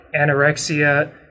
anorexia